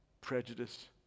prejudice